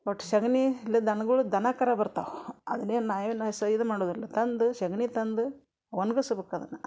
ಒಟ್ಟು ಸಗಣಿ ಇಲ್ಲ ದನ್ಗಳು ದನ ಕರು ಬರ್ತಾವೆ ಅಲ್ಲೇನೂ ನಾ ಏನೂ ಸ ಇದು ಮಾಡುವುದಿಲ್ಲ ತಂದು ಸಗಣಿ ತಂದು ಒಣಗಸ್ಬೇಕ್ ಅದನ್ನು